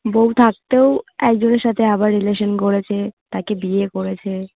বউ থাকতেও একজনের সাথে আবার রিলেশন করেছে তাকে বিয়ে করেছে